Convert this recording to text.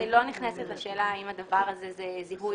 אני לא נכנסת לשאלה אם הדבר הזה זה זיהוי